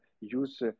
use